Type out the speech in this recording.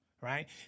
right